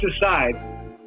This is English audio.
aside